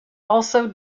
also